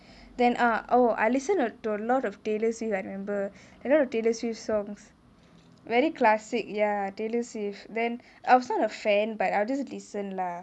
then ah oh I listened to a lot of taylor swift I remember a lot of taylor swift songs very classic ya taylor swift then I was not a fan but I will just listen lah